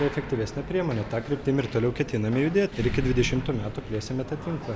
efektyvesnė priemonė ta kryptim ir toliau ketiname judėt ir iki dvidešimtų metų plėsime tą tinklą